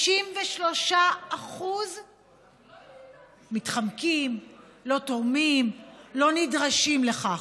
53% מתחמקים, לא תורמים, לא נדרשים לכך,